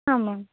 ಹಾಂ ಮ್ಯಾಮ್